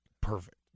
Perfect